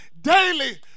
daily